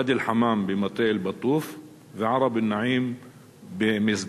ואדי-אל-חמאם במטה אל-בטוף וערב-אל-נעים במשגב.